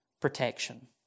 protection